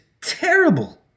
terrible